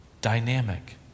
dynamic